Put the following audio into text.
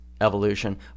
evolution